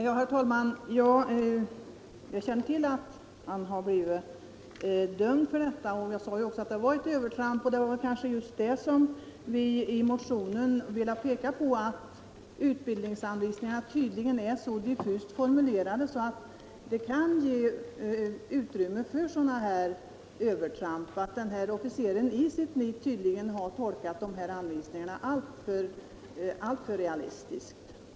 Herr talman! Jag känner till att den ansvarige har blivit dömd, och jag sade också i mitt anförande att det var ett övertramp. Vad vi i motionen velat peka på är att utbildningsanvisningarna tydligen är så diffust formulerade att de kan ge utrymme för sådana här övertramp och att den här officeren i sitt nit uppenbarligen har tolkat anvisningarna fel och gjort övningen alltför realistisk.